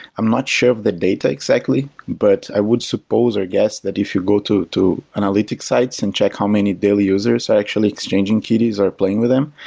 i'm not sure of the data exactly, but i would suppose or guess that if you go to to analytic sites and check how many daily users actually exchanging kitties are playing with them,